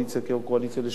כיושב-ראש הקואליציה לשעבר,